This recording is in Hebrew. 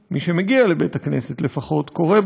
"פתח חרצבות רשע,